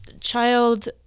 child